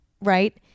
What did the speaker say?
right